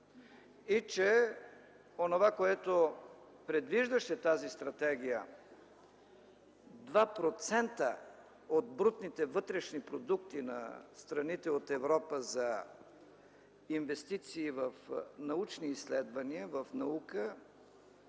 и онова, което предвиждаше тази стратегия – 2% от брутния вътрешен продукт на страните от Европа за инвестиции в научни изследвания, в наука,